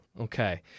Okay